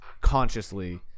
consciously